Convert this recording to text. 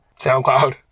soundcloud